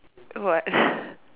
what